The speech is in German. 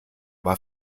war